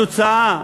התוצאה,